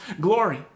glory